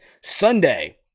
Sunday